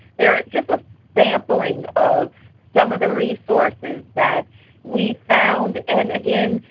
there's just a sampling of some of the resources that we found. and again,